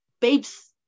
babes